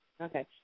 Okay